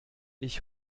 ich